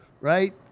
right